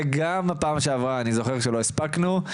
וגם בפעם שעברה אני זוכר שלא הספקנו,